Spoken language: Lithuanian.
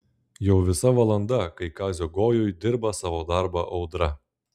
jau visa valanda kai kazio gojuj dirba savo darbą audra